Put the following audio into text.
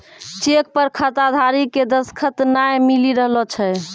cheque पर खाताधारी के दसखत नाय मिली रहलो छै